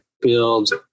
build